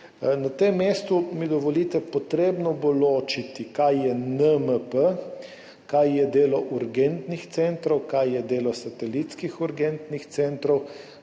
Na tem mestu mi dovolite, potrebno bo ločiti, kaj je NMP, kaj je delo urgentnih centrov, kaj je delo satelitskih urgentnih centrov,